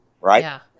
right